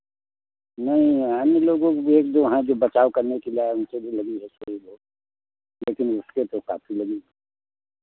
नहीं अन्य लोगों के भी एक दो हैं जो बचाव करने के लिए आए उन्हें भी लगी है थोड़ी बहुत लेकिन उसके तो काफी लगी